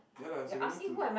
ya lah so we need to